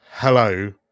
Hello